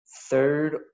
third